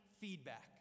feedback